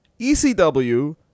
ECW